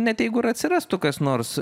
net jeigu ir atsirastų kas nors